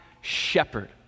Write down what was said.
shepherd